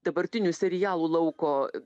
dabartinių serialų lauko